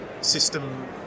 system